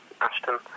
Ashton